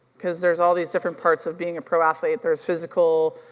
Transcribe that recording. cause there's all these different parts of being a pro athlete, there's physical,